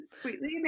sweetly